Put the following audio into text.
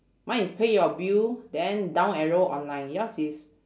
mine is pay your bill then down arrow online yours is